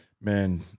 man